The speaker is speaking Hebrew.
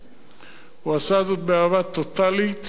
הוא עשה זאת באהבה טוטלית וסוחפת.